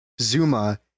Zuma